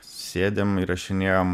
sėdim įrašinėjam